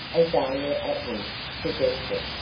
azalia atwood suggested.